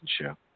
Show